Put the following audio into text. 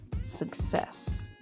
success